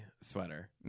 sweater